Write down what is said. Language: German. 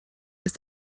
ist